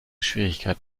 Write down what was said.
schwierigkeit